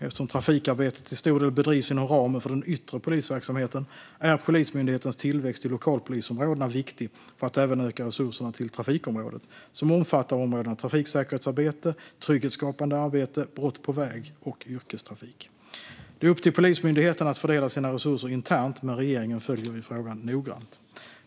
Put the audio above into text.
Eftersom trafikarbetet till stor del bedrivs inom ramen för den yttre polisverksamheten är Polismyndighetens tillväxt i lokalpolisområdena viktig för att även öka resurserna till trafikområdet, som omfattar områdena trafiksäkerhetsarbete, trygghetsskapande arbete, brott på väg och yrkestrafik. Det är upp till Polismyndigheten att fördela sina resurser internt, men regeringen följer frågan noggrant.